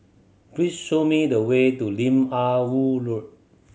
please show me the way to Lim Ah Woo Road